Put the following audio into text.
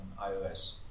iOS